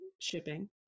shipping